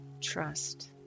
Trust